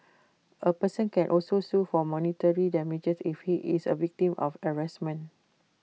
A person can also sue for monetary damages if he is A victim of harassment